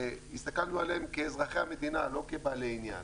והסתכלנו עליהם כאזרחי המדינה, לא כבעלי עניין.